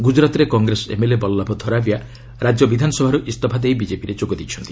ଗୁଜରାତ୍ରେ Congress MLA Vallabh Dharaviya ରାଜ୍ୟ ବିଧାନସଭାରୁ ଇସ୍ତଫା ଦେଇ ବିଜେପିରେ ଯୋଗ ଦେଇଛନ୍ତି